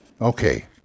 okay